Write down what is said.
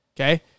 Okay